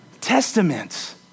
Testaments